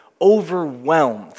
overwhelmed